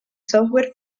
software